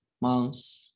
months